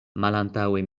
malantaŭe